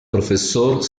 professor